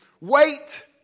Wait